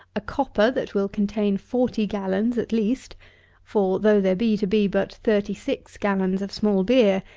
a copper that will contain forty gallons, at least for, though there be to be but thirty-six gallons of small beer,